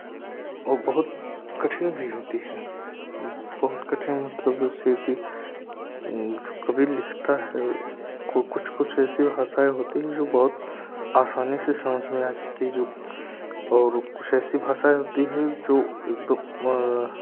और बहुत कठिन भी होती है बहुत कठिन मतलब ऐसे की कभी लिखता है कुछ कुछ ऐसी भाषाएँ होती हैं जो बहुत आसानी से समझ नहीं आ सकती हैं और कुछ ऐसी भाषाऍं होती है जो